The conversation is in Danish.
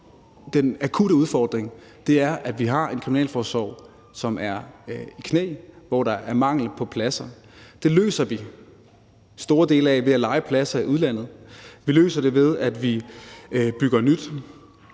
den akutte udfordring, er, at vi har en kriminalforsorg, som er i knæ, og hvor der er mangel på pladser. Det løser vi store dele af ved at leje pladser i udlandet. Vi løser det, ved at vi bygger nyt.